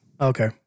Okay